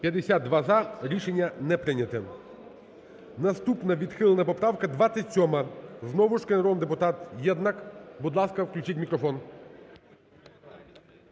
За-52 Рішення не прийнято. Наступна відхилена поправка 27, знову ж таки народний депутат Єднак. Будь ласка, включіть мікрофон.